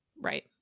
Right